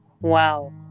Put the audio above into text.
wow